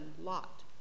Lot